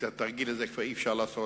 את התרגיל הזה כבר אי-אפשר לעשות.